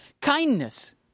kindness